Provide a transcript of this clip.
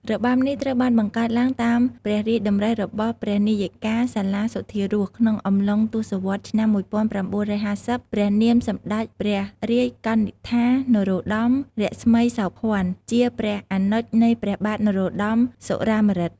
របាំនេះត្រូវបានបង្កើតឡើងតាមព្រះរាជតម្រិះរបស់ព្រះនាយិកាសាលាសុធារស ក្នុងអំឡុងទសវត្សរ៍ឆ្នាំ១៩៥០ ព្រះនាម «សម្តេចព្រះរាជកនិដ្ឋា នរោត្តម រស្មីសោភ័ណ្ឌ» ជាព្រះអនុជនៃព្រះបាទនរោត្តម សុរាម្រឹត។